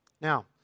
Now